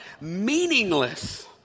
Meaningless